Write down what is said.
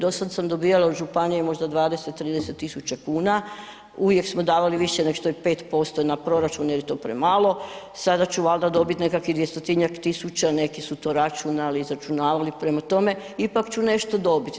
Dosada sam dobivala od županije možda 20, 30 tisuća kuna, uvijek smo davali više nego što je 5% na proračun jer je to premalo, sada ću valjda dobiti nekakvih 200-tinjak tisuća, neki su to računali, izračunavali, prema tome, ipak ću nešto dobiti.